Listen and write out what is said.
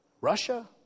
Russia